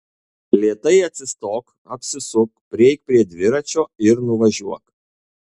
lėtai atsistok apsisuk prieik prie dviračio ir nuvažiuok